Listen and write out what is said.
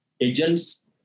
agents